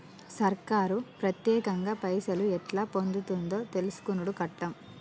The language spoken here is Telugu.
సర్కారు పత్యేకంగా పైసలు ఎట్లా పొందుతుందో తెలుసుకునుడు కట్టం